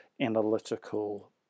analytical